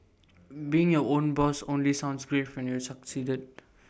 being your own boss only sounds great when you've succeeded